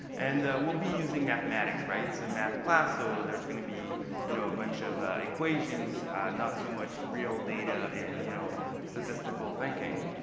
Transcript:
and we'll be using mathematics. and math class, so there's going to be you know a bunch of equations not so much real data and you know statistical thinking.